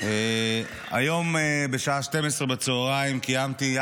היום בשעה 12:00 קיימתי,